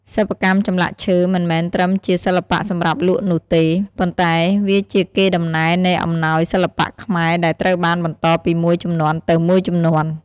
សិប្បកម្មចម្លាក់ឈើមិនមែនត្រឹមជាសិល្បៈសម្រាប់លក់នោះទេ ប៉ុន្តែវាជាកេរដំណែលនៃអំណោយសិល្បៈខ្មែរដែលត្រូវបានបន្តពីមួយជំនាន់ទៅមួយជំនាន់។